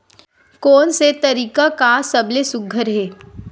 कोन से तरीका का सबले सुघ्घर हे?